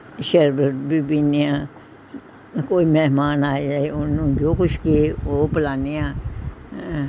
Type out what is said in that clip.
ਸ਼ਰਬਤ ਵੀ ਪੀਂਦੇ ਹਾਂ ਕੋਈ ਮਹਿਮਾਨ ਆਏ ਜਾਏ ਉਹਨੂੰ ਜੋ ਕੁਝ ਕਹੇ ਉਹ ਪਿਲਾਂਦੇ ਹਾਂ